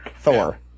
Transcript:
Thor